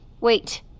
Wait